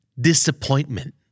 Disappointment